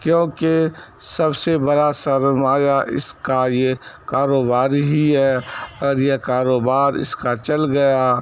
کیونکہ سب سے بڑا سرمایہ اس کا یہ کاروبار ہی ہے اور یہ کاروبار اس کا چل گیا